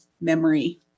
memory